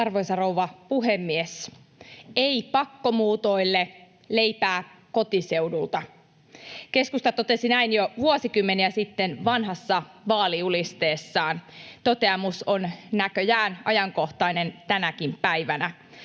Arvoisa rouva puhemies! ”Ei pakkomuutoille, leipää kotiseudulta”, keskusta totesi näin jo vuosikymmeniä sitten vanhassa vaalijulisteessaan. Toteamus on näköjään ajankohtainen tänäkin päivänä.